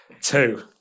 Two